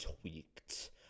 tweaked